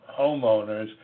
homeowners